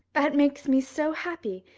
that makes me so happy.